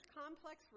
complex